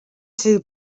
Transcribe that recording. too